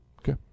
Okay